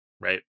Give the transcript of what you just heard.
right